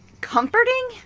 comforting